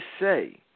say